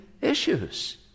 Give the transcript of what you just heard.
issues